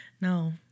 No